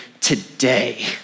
today